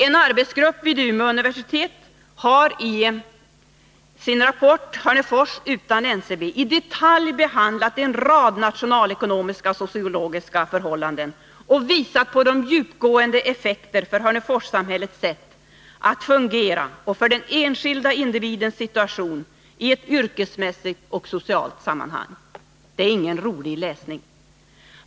En arbetsgrupp vid Umeå universitet har i sin rapport Hörnefors utan NCB i detalj behandlat en rad nationalekonomiska och sociologiska förhållanden och visat på de djupgående effekter för Hörneforssamhällets sätt att fungera och för den enskilda individens situation i ett yrkesmässigt och socialt sammanhang. Det är ingen rolig läsning.